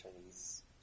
Chinese